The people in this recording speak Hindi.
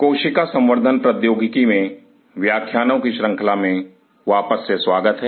कोशिका संवर्धन प्रौद्योगिकी में व्याख्यानों की श्रंखला में वापस से स्वागत है